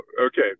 okay